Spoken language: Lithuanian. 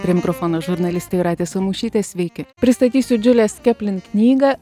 prie mikrofono žurnalistė jūratė samušytė sveiki pristatysiu džulės keplin knygą